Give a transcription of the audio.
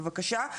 בבקשה,